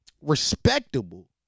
Respectable